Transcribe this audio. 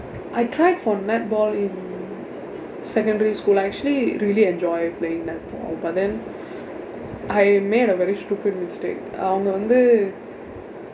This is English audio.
I tried for netball in secondary school I actually really enjoyed playing netball but then I made a very stupid mistake அவங்க வந்து:avangka vandthu